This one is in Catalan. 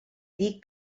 dir